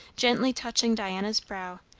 gently touching diana's brow,